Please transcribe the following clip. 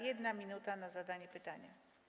1 minuta na zadanie pytania.